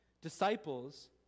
disciples